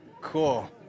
Cool